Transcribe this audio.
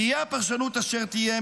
תהיה הפרשנות אשר תהיה,